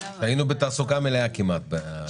היינו בתעסוקה כמעט מלאה.